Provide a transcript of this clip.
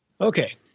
Okay